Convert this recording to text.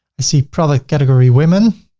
i see product category women.